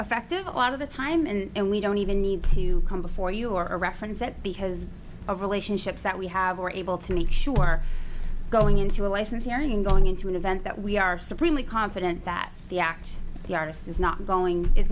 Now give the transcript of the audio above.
effective a lot of the time and we don't even need to come before you are a reference that because of relationships that we have we're able to make sure going into a license hearing going into an event that we are supreme we confident that the act the artist is not going i